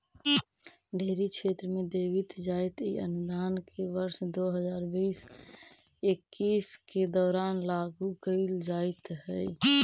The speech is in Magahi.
डेयरी क्षेत्र में देवित जाइत इ अनुदान के वर्ष दो हज़ार बीस इक्कीस के दौरान लागू कैल जाइत हइ